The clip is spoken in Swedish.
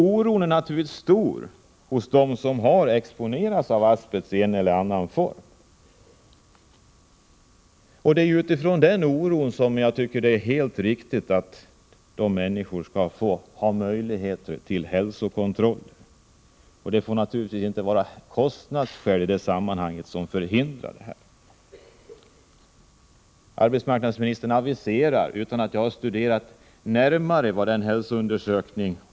Oron är naturligtvis stor hos dem som har exponerats för asbest i en eller annan form. Det är med tanke på den oron som jag tycker att det är helt riktigt att människorna skall få möjlighet till hälsokontroller. Kostnadsskäl får naturligtvis inte förhindra sådana hälsokontroller. Arbetsmarknadsministern aviserar att alla skall få tillgång till hälsoundersökning.